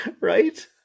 Right